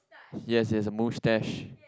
yes yes the moustache